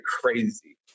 crazy